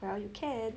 well you can